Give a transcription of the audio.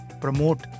promote